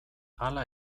hala